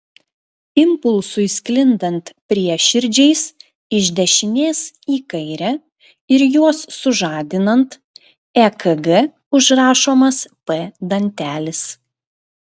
impulsui sklindant prieširdžiais iš dešinės į kairę ir juos sužadinant ekg užrašomas p dantelis